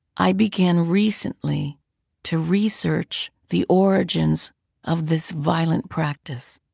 i began recently to research the origins of this violent practice,